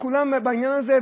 וכולם בעניין הזה,